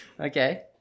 Okay